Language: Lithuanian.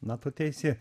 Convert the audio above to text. na tu teisi